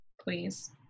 please